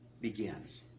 begins